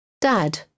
Dad